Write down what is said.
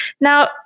Now